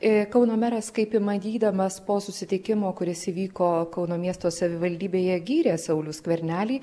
ir kauno meras kaip įmanydamas po susitikimo kuris įvyko kauno miesto savivaldybėje gyrė saulių skvernelį